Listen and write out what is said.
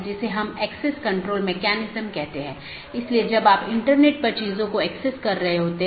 इसलिए एक path vector में मार्ग को स्थानांतरित किए गए डोमेन या कॉन्फ़िगरेशन के संदर्भ में व्यक्त किया जाता है